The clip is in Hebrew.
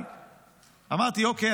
בעוונותיי אמרתי: אוקיי,